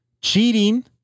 cheating